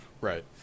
Right